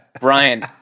Brian